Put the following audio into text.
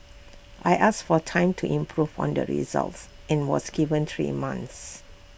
I asked for time to improve on the results and was given three months